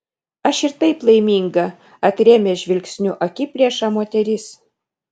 aš ir taip laiminga atrėmė žvilgsniu akiplėšą moteris